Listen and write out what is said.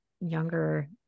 younger